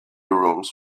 rooms